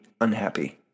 unhappy